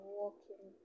walking